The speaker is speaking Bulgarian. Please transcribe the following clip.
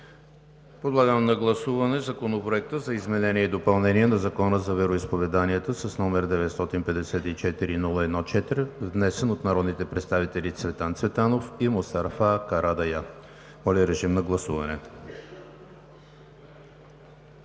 Подлагам на гласуване Законопроект за изменение и допълнение на Закона за вероизповеданията, № 954-01-4, внесен от народните представители Цветан Цветанов и Мустафа Карадайъ. Гласували